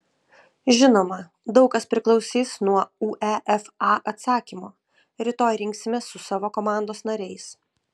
žinoma daug kas priklausys nuo uefa atsakymo rytoj rinksimės su savo komandos nariais